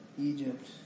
Egypt